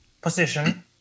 position